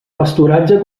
pasturatge